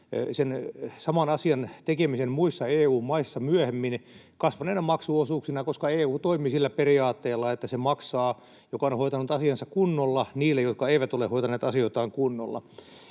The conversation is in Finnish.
sen saman asian tekemisen muissa EU-maissa myöhemmin kasvaneina maksuosuuksina, koska EU toimii sillä periaatteella, että se maksaa, joka on hoitanut asiansa kunnolla, niille, jotka eivät ole hoitaneet asioitaan kunnolla.